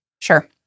Sure